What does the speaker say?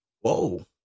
Whoa